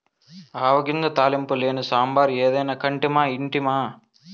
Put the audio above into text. ఆవ గింజ తాలింపు లేని సాంబారు ఏదైనా కంటిమా ఇంటిమా